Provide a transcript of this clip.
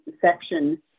section